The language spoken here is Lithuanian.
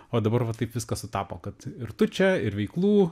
o dabar va taip viskas sutapo kad ir tu čia ir veiklų